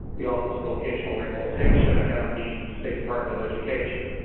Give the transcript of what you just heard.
the office of vocational rehabilitation, and the state department of education.